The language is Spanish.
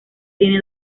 tiene